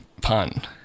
pun